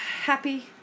happy